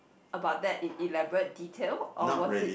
about that in elaborate detail or was it